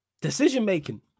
Decision-making